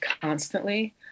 constantly